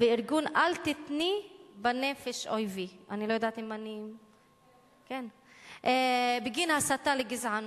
וארגון "אל תתנני בנפש אויבי" בגין הסתה לגזענות.